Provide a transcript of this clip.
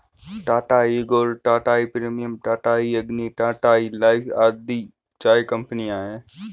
Tata tea gold, Tata tea premium, Tata tea Agni, Tata tea life आदि चाय कंपनियां है